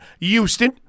Houston